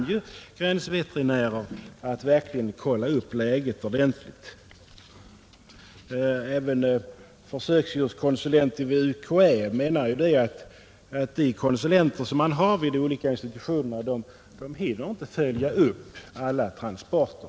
Då skulle gränsveterinärerna verkligen hinna kolla upp läget ordentligt. Försöksdjurskonsulenten vid UKÄ anser att inte heller de konsulenter som arbetar vid de olika institutionerna hinner följa upp alla transporter.